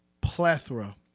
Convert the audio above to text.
plethora